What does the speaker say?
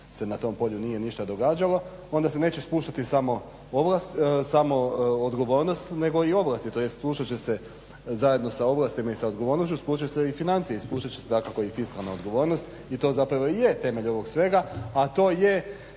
se na tom polju nije ništa događalo. Onda se neće spuštati samo odgovornost nego i ovlasti tj. slušat će se zajedno sa ovlastima i sa odgovornošću spuštat će se i financije i spuštat će se dakako i fiskalna odgovornost i to zapravo i je temelj ovog svega, a to je